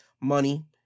money